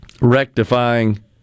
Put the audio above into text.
rectifying